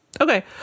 Okay